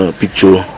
picture